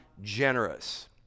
generous